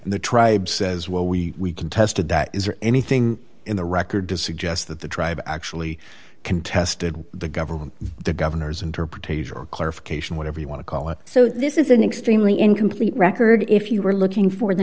and the tribe says well we contested that is there anything in the record to suggest that the tribe actually contested the government the governor's interpretation or clarification whatever you want to call it so this is an extremely incomplete record if you were looking for the